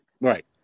Right